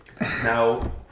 Now